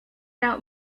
out